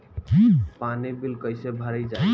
पानी बिल कइसे भरल जाई?